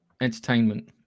entertainment